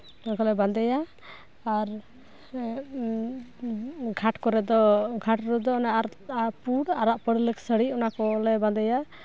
ᱚᱱᱟᱠᱚᱞᱮ ᱵᱟᱸᱫᱮᱭᱟ ᱟᱨ ᱜᱷᱟᱴ ᱠᱚᱨᱮ ᱫᱚ ᱜᱷᱟᱴ ᱨᱮᱫᱚ ᱯᱩᱬ ᱟᱨᱟᱝ ᱯᱟᱹᱲᱞᱟᱹᱜ ᱥᱟᱹᱲᱤ ᱚᱱᱟ ᱠᱚᱞᱮ ᱵᱟᱸᱫᱮᱭᱟ